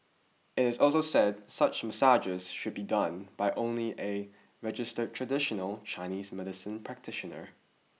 it is also said such massages should be done only by a registered traditional Chinese medicine practitioner